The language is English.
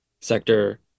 sector